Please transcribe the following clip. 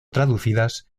traducidas